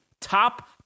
top